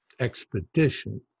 expedition